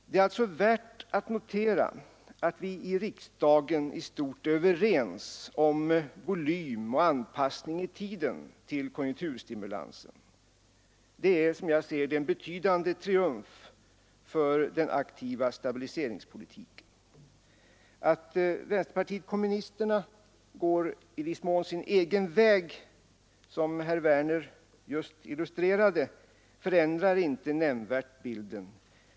Det är alltså värt att notera att vi i riksdagen i stort är överens om volym och anpassning i tiden av konjunkturstimulansen. Det är som jag ser det en betydande triumf för den aktiva stabiliseringspolitiken. Att vänsterpartiet kommunisterna går sin egen väg, som herr Werner i Tyresö just illustrerade, förändrar inte nämnvärt bilden.